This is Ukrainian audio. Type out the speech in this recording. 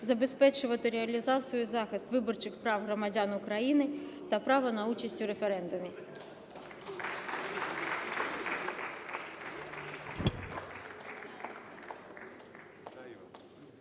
забезпечувати реалізацію і захист виборчих прав громадян України та права на участь у референдумі.